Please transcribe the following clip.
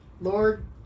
Lord